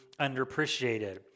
underappreciated